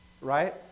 right